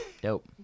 Dope